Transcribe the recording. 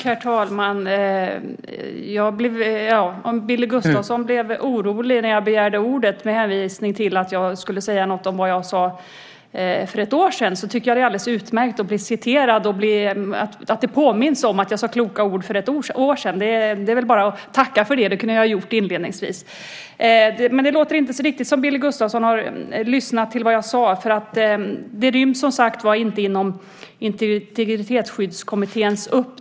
Herr talman! Billy Gustafsson sade att han blev orolig när han trodde att jag hade begärt ordet för att säga något om det jag sade för ett år sedan. Jag tycker att det är alldeles utmärkt att jag blev citerad och att det påminns om att jag sade kloka ord för ett år sedan. Sådant kan jag bara tacka för, och det kunde jag ha gjort inledningsvis. Men Billy Gustafsson verkar inte ha lyssnat på vad jag sade nyss.